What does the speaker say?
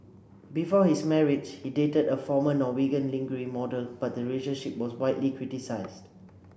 before his marriage he dated a former Norwegian lingerie model but the relationship was widely criticised